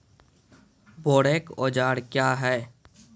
बोरेक औजार क्या हैं?